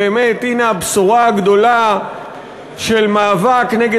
באמת הנה הבשורה הגדולה של מאבק נגד